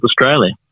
Australia